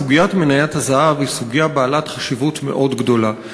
סוגיית מניית הזהב היא סוגיה בעלת חשיבות מאוד גדולה,